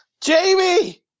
Jamie